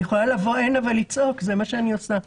אני יכולה לבוא הנה ולצעוק, וזה מה שאני עושה.